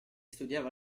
studiava